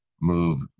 move